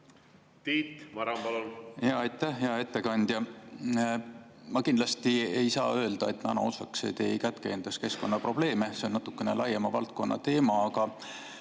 Tiit Maran, palun! Aitäh! Hea ettekandja! Ma kindlasti ei saa öelda, et nanoosakesed ei kätke endas keskkonnaprobleeme, aga see on natukene laiema valdkonna teema. Mu